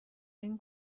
این